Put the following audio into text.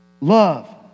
love